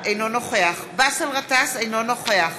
אינו נוכח באסל גטאס, אינו נוכח